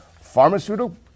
pharmaceutical